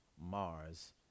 Mars